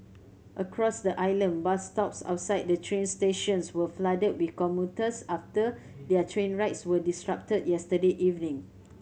across the island bus stops outside the train stations were flooded with commuters after their train rides were disrupted yesterday evening